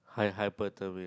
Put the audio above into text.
hy~ hyper turbulent